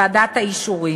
ועדת האישורים.